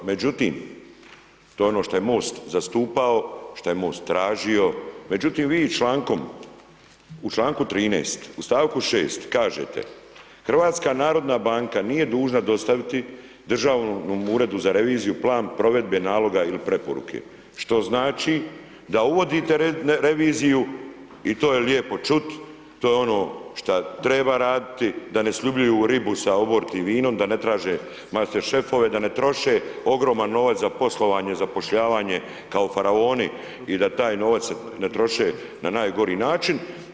Međutim, to je ono što je MOST zastupao, šta je MOST tražio međutim vi člankom, u članku 13. u stavku 6. kažete, HNB nije dužna dostaviti Državnom uredu za reviziju plan provedbe naloga ili preporuke, što znači da uvodite reviziju i to je lijepo čut, to je ono šta treba raditi da ne sljubljuju ribi i oborki vinom, da ne traže master šefove da ne troše ogroman novac za poslovanje, zapošljavanje kao faraoni i da taj novac ne troše na najgori način.